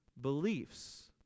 Beliefs